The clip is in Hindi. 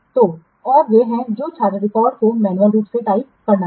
तो और वे हैं जो छात्र रिकॉर्ड को मैन्युअल रूप से टाइप करना है